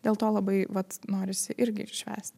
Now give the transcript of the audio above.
dėl to labai vat norisi irgi švęst